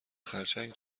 خرچنگ